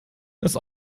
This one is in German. das